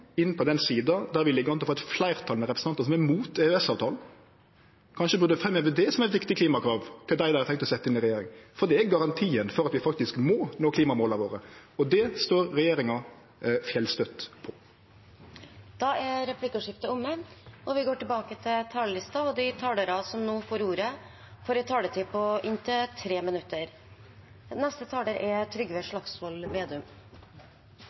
inn på den sida der vi ligg an til å få eit fleirtal med representantar som er mot EØS-avtalen, kanskje burde framheve det som eit viktig klimakrav til dei dei har tenkt å setje inn i regjering. For det er garantien for at vi faktisk må nå klimamåla våre. Og det står regjeringa fjellstøtt på. Replikkordskiftet er omme. De talerne som heretter får ordet, har en taletid på inntil 3 minutter. Senterpartiets mål er